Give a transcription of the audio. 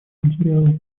материала